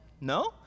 No